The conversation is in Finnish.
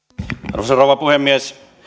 arvoisa rouva puhemies